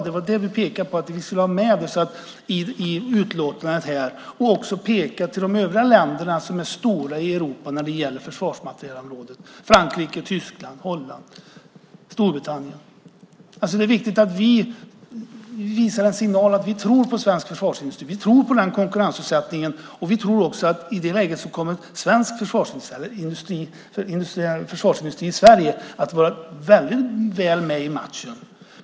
Det var det vi pekade på att vi ville ha med i utlåtandet och också peka på för de övriga länderna som är stora på försvarsmaterielområdet i Europa: Frankrike, Tyskland, Holland och Storbritannien. Det är viktigt att vi ger signalen att vi tror på svensk försvarsindustri och på konkurrensutsättningen. Vi tror också att försvarsindustrin i Sverige i det läget kommer att vara väldigt väl med i matchen.